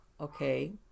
okay